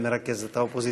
עם מרכזת האופוזיציה,